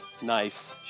nice